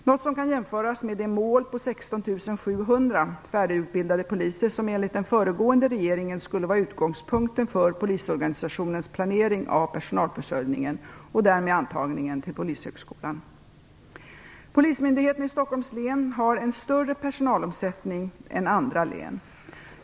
Det kan jämföras med det mål på 16 700 färdigutbildade poliser som enligt den föregående regeringen skulle vara utgångspunkten för polisorganisationens planering av personalförsörjningen och därmed antagningen till Polishögskolan. Polismyndigheten i Stockholms län har en större personalomsättning än andra län.